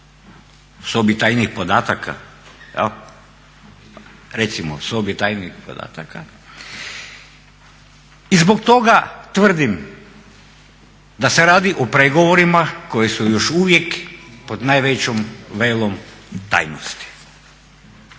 sobi tajnih podataka, recimo sobi tajnih podataka. I zbog toga tvrdim da se radi o pregovorima koji su još uvijek pod najvećim velom tajnosti.